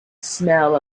smell